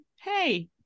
hey